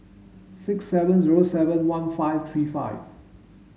six seven zero seven one five three five